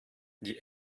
die